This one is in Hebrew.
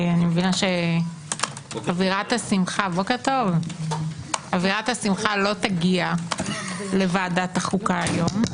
אני מבינה שאווירת השמחה לא תגיע לוועדת החוקה היום,